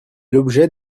l’objet